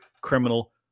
criminal